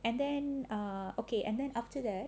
and then err okay and then after that